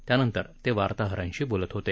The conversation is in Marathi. त्यानंतर ते वार्ताहरांशी बोलत होते